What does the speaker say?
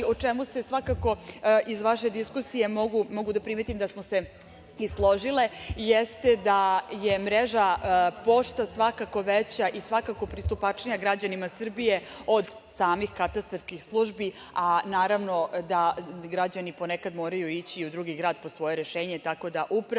u čemu se svakako iz vaše diskusije, mogu da primetim da smo se i složile i jeste da je mreža „Pošta“ svakako veća i svakako pristupačnija građanima Srbije od samih katastarskih službi, a naravno da građani ponekad moraju ići u drugi grad po svoje rešenje, tako da upravo